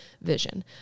vision